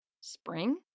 Spring